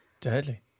Deadly